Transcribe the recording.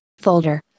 folder